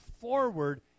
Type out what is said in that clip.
forward